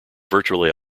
virtually